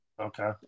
Okay